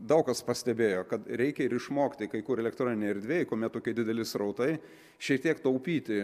daug kas pastebėjo kad reikia ir išmokti kai kur elektroninėj erdvėj kuomet tokie dideli srautai šiek tiek taupyti